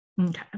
Okay